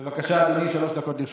בבקשה, אדוני, שלוש דקות לרשותך.